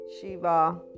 shiva